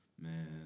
Man